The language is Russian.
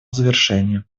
завершения